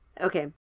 Okay